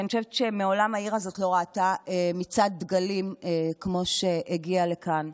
כי אני חושבת שהעיר הזאת מעולם לא ראתה מצעד דגלים כמו שהגיע לכאן,